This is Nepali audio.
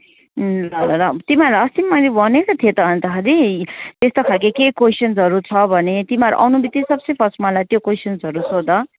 ल ल तिमीहरूलाई अस्ति पनि भनेको थिएँ त अन्तखेरि त्यस्तो खालके केही क्वेसन्सहरू छ भने तिमीहरू आउनु बित्तिकै सबसे फर्स्ट मलाई त्यो क्वेसन्सहरू सोध